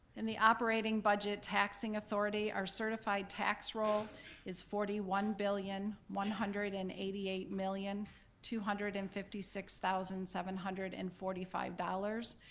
and the operating budget taxing authority, our certified tax roll is forty one billion one hundred and eighty eight million two hundred and fifty six thousand seven hundred and forty five point